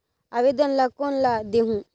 आवेदन ला कोन ला देहुं?